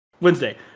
Wednesday